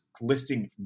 listing